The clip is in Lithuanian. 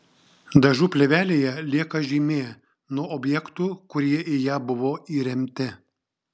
dažų plėvelėje lieka žymė nuo objektų kurie į ją buvo įremti